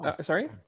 Sorry